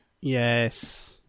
Yes